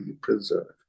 preserved